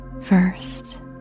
First